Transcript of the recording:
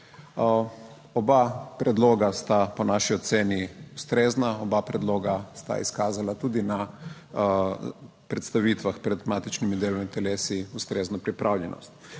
Oba predloga sta po naši oceni ustrezna, oba predloga sta izkazala tudi na predstavitvah pred matičnimi delovnimi telesi ustrezno pripravljenost.